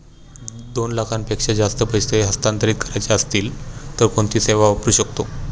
दोन लाखांपेक्षा जास्त पैसे हस्तांतरित करायचे असतील तर कोणती सेवा वापरू शकतो?